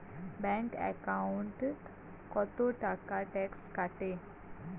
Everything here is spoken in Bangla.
ব্যাংক একাউন্টত কতো টাকা ট্যাক্স কাটে?